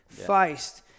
Feist